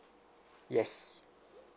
yes